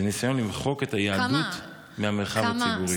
זה ניסיון למחוק את היהדות מהמרחב הציבורי.